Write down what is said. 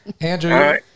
Andrew